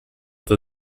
the